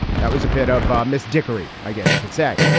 that was a bit of miss dickory, i guess you could say.